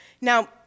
Now